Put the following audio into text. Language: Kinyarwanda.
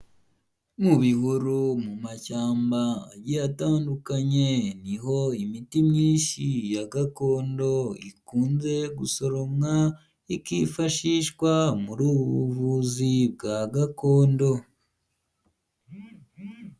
Mu bihuru, mu mashyamba agiye atandukanye niho imiti myinshi ya gakondo ikunze gusoromwa, ikifashishwa muri ubu buvuzi bwa gakondo.